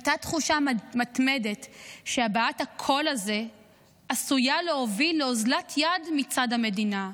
הייתה תחושה מתמדת שהבעת הקול הזה עשויה להוביל לאוזלת יד מצד המדינה,